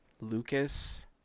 Lucas